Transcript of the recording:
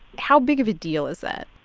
how big of a deal is that?